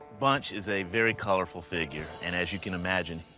bunch is a very colorful figure, and as you can imagine,